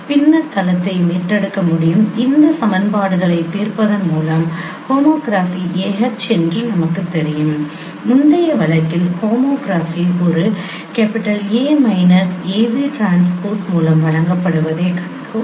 பின்னர் தளத்தை மீட்டெடுக்க முடியும் இந்த சமன்பாடுகளை தீர்ப்பதன் மூலம் ஹோமோகிராபி ah என்று நமக்குத் தெரியும் முந்தைய வழக்கில் ஹோமோகிராபி ஒரு A minus a v transpose மூலம் வழங்கப்படுவதைக் கண்டோம்